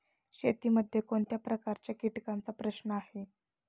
शेतीमध्ये कोणत्या प्रकारच्या कीटकांचा प्रश्न आहे?